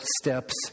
steps